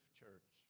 church